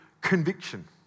conviction